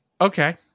Okay